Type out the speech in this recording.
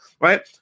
right